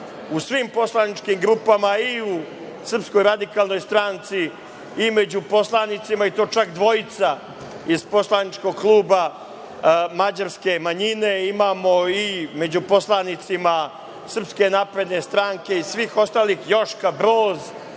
u svim poslaničkim grupama, i u Srpskoj radikalnoj stranci i među poslanicima, i to čak dvojica iz poslaničkog kluba mađarske manjine, imamo i među poslanicima Srpske napredne stranke i svih ostalih, Joška Broz